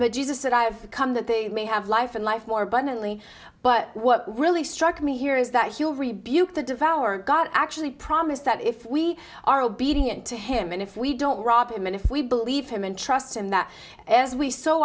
the jesus that i have come that they may have life and life more abundantly but what really struck me here is that hugh rebuked the devour got actually promised that if we are obedient to him and if we don't rob him and if we believe him and trust him that as we s